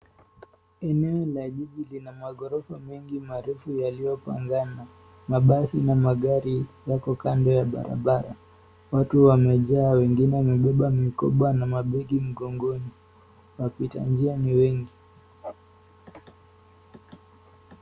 Eneo la jiji lina maghorofa mengi marefu yaliyopangana, magari na mabasi yako kando ya barabara watu wamejaa wengine wamwbeba mikoba na mabegi mgongoni. Wapita njia ni wengi